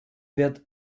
wird